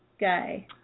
guy